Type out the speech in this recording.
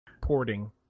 porting